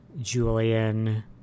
Julian